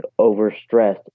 overstressed